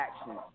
action